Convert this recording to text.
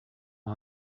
and